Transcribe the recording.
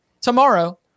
Tomorrow